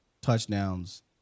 touchdowns